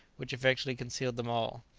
which effectually concealed them all.